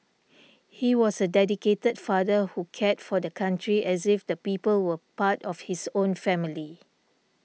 he was a dedicated father who cared for the country as if the people were part of his own family